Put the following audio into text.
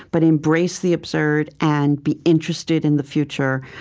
but embrace the absurd, and be interested in the future,